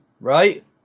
Right